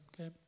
okay